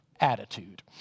attitude